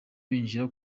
binjira